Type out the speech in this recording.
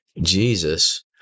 Jesus